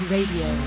Radio